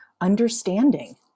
understanding